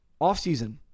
offseason